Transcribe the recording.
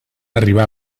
arribar